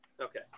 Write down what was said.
Okay